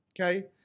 Okay